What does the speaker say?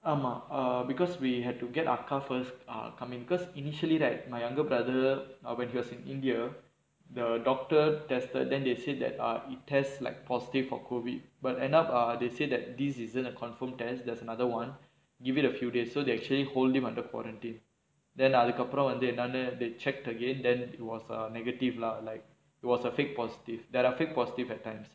ஆமா:aamaa because we had to get அக்கா:akkaa first are coming because initially that my younger brother when he was in india the doctor tested then they said that err it tests like positive for COVID but end up ah they say that this isn't a confirmed test there's another one give it a few days so they actually hold him under quarantine then அதுக்கு அப்புறம் வந்து என்னானு:athukku appuram vanthu ennnaanu they checked again then it was a negative lah like it was a fake positive there are fake positive at times